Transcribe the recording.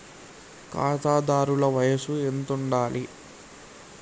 ఖాతాదారుల వయసు ఎంతుండాలి?